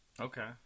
Okay